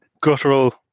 guttural